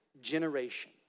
generation